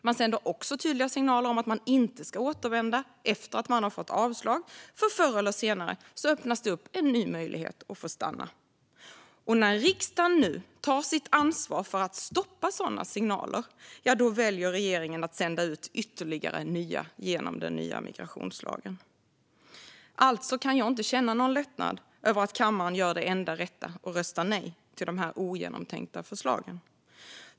Det sänder också tydliga signaler om att man inte ska återvända efter avslag, för förr eller senare öppnas det upp en ny möjlighet att få stanna. Och när riksdagen nu tar sitt ansvar för att stoppa sådana signaler väljer regeringen att sända ut ytterligare nya genom den nya migrationslagen. Alltså kan jag inte känna någon lättnad över att kammaren gör det enda rätta och röstar nej till dessa ogenomtänkta förslag.